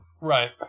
Right